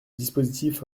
dispositif